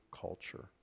culture